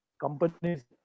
companies